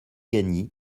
gagny